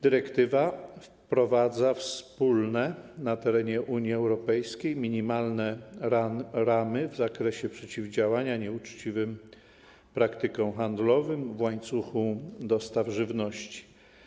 Dyrektywa wprowadza wspólne na terenie Unii Europejskiej minimalne ramy w zakresie przeciwdziałania nieuczciwym praktykom handlowym w łańcuchu dostaw żywności.